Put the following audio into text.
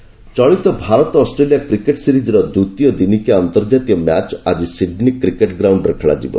cricket ଚଳିତ Bharat Australia cricket ସିରିଜର ଦ୍ୱିତୀୟ ଦିନିକିଆ ଅର୍ନ୍ତକାତୀୟ ମ୍ୟାଚ ଆଜି ସିଡ୍ନୀ କ୍ରିକେଟ ଗ୍ରାଉଣ୍ଡରେ ଖେଳାଯିବ